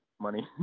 money